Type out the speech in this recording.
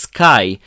Sky